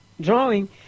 drawing